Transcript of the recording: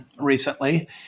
recently